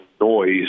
noise